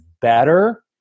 better